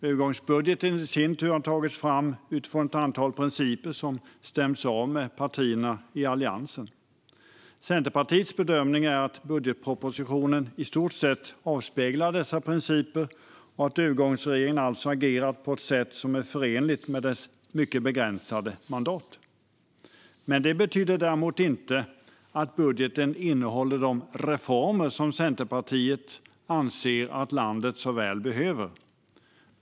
Övergångsbudgeten har i sin tur tagits fram utifrån ett antal principer som har stämts av med partierna i Alliansen. Centerpartiets bedömning är att budgetpropositionen i stort sett avspeglar dessa principer och att övergångsregeringen alltså har agerat på ett sätt som är förenligt med dess mycket begränsade mandat. Det betyder däremot inte att budgeten innehåller de reformer som Centerpartiet anser att landet så väl behöver.